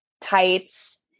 tights